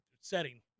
setting